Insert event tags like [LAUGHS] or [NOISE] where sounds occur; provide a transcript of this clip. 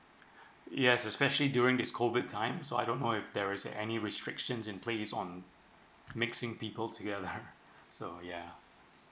yes especially during this COVID time so I don't know if there is any restrictions in place on mixing people together [LAUGHS] so ya